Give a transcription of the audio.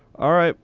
all right.